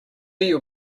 your